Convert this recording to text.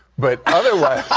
but otherwise